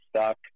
stuck